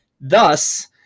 Thus